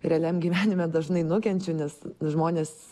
realiam gyvenime dažnai nukenčiu nes žmonės